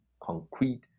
concrete